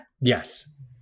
Yes